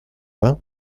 vingt